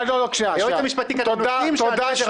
היועץ המשפטי כתב: "נושאים שעל סדר